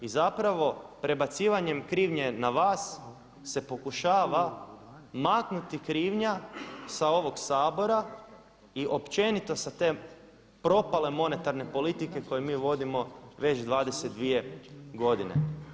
I zapravo prebacivanjem krivnje na vas se pokušava maknuti krivnja sa ovog Sabora i općenito sa te propale monetarne politike koju mi vodimo već 22 godine.